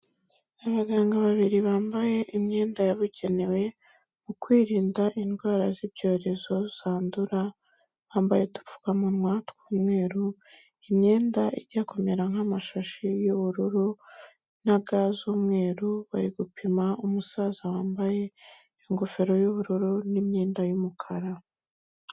Abaganga babiri bambaye imyenda yabugenewe mu kwirinda indwara z'ibyorezo zandura, bambaye udupfukamunwa tw'umweru imyenda ijya kumera nk'amashashi y'ubururu, na ga z'umweru, bari gupima umusaza wambaye ingofero y'ubururu n'imyenda y'umukara.